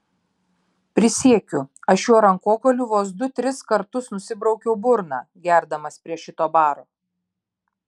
prisiekiu aš šiuo rankogaliu vos du tris kartus nusibraukiau burną gerdamas prie šito baro